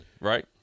right